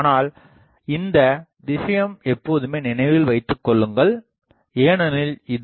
ஆனால் இந்த விஷயம் எப்போதுமே நினைவில் வைத்துக் கொள்ளுங்கள் ஏனெனில் இது